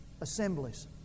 assemblies